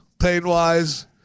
pain-wise